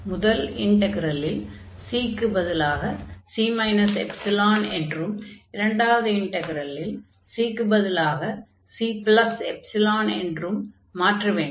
முதல் இன்டக்ரலில் c க்கு பதிலாக c ε என்றும் இரண்டாவது இன்டக்ரலில் c க்குப் பதிலாக cε என்று மாற்ற வேண்டும்